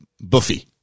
Buffy